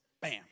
Bam